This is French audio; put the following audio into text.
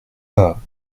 pas